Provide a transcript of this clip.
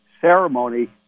ceremony